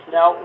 Now